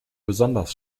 besonders